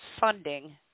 funding